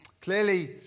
Clearly